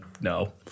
no